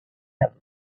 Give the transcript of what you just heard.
have